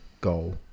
goal